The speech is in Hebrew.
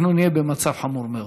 אנחנו נהיה במצב חמור מאוד.